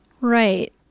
right